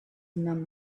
none